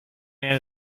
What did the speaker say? man